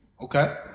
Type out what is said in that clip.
Okay